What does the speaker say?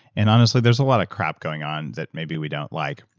and honestly there's a lot of crap going on that maybe we don't like.